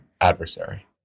adversary